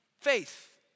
Faith